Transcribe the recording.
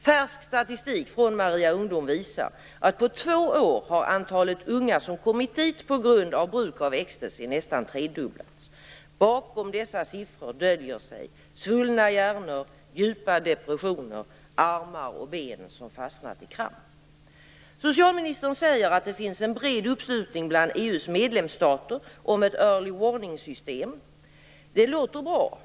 Färsk statistik från Maria Ungdom visar att på två år har antalet unga som kommit dit på grund av bruk av ecstasy nästan tredubblats. Bakom dessa siffror döljer sig svullna hjärnor, djupa depressioner, armar och ben som fastnat i kramp. Socialministern säger att det finns en bred uppslutning bland EU:s medlemsstater om ett Early warning system. Det låter bra.